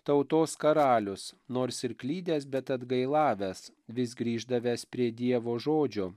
tautos karalius nors ir klydęs bet atgailavęs vis grįždavęs prie dievo žodžio